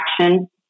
action